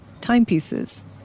timepieces